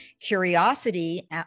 curiosity